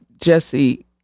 Jesse